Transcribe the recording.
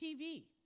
TV